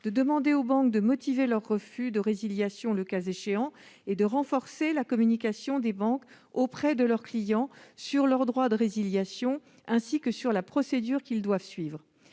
de demander aux banques de motiver leur refus de résiliation, le cas échéant, et de renforcer la communication des banques auprès de leurs clients sur leur droit de résiliation, ainsi que sur la procédure qu'ils doivent suivre.